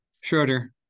Schroeder